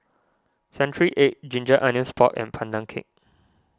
Century Egg Ginger Onions Pork and Pandan Cake